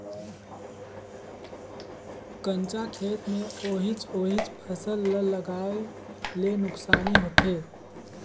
कंचा खेत मे ओहिच ओहिच फसल ल लगाये ले नुकसानी होथे